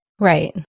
Right